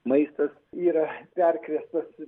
maistas yra perkrėstas